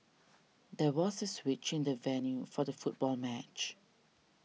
there was a switch in the venue for the football match